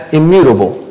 immutable